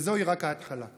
וזוהי רק ההתחלה.